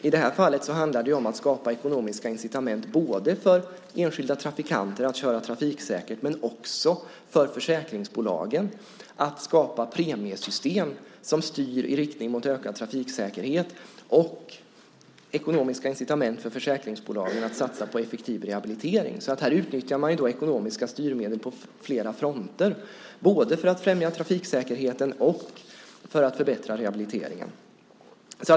I det här fallet handlar det om att skapa ekonomiska incitament både för enskilda trafikanter att köra trafiksäkert och för försäkringsbolagen att skapa premiesystem som styr i riktning mot ökad trafiksäkerhet. Det är dessutom ekonomiska incitament för försäkringsbolagen att satsa på effektiv rehabilitering. Här utnyttjar man ekonomiska styrmedel på flera fronter, både för att främja trafiksäkerheten och för att förbättra rehabiliteringen.